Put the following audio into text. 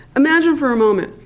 imagine for a moment,